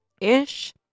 ish